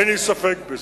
אין לי ספק בזה.